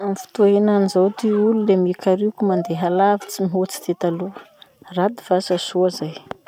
Amy fotoa henany zao ty olo le mikarioky mandeha lavitsy mihoatsy ty taloha. Raty va sa soa zay?